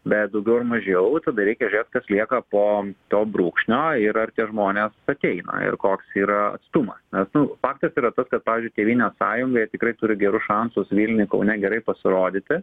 bet daugiau ar mažiau tada reikia žiūrėt kas lieka po to brūkšnio ir ar tie žmonės ateina ir koks yra atstumas nes nu partijos yra tas kad pavyzdžiui tėvynės sąjunga jie tikrai turiu gerus šansus vilniuj kaune gerai pasirodyti